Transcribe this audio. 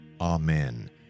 Amen